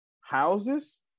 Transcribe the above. houses